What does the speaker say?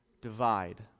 divide